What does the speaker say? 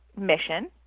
mission